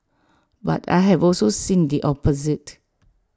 but I have also seen the opposite